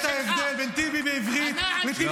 ההבדל בין טיבי בעברית לטיבי בערבית.